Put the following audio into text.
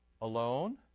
Alone